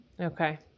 Okay